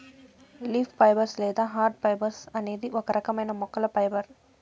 leaf fibres లేదా hard fibres అనేది ఒక రకమైన మొక్కల ఫైబర్